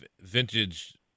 vintage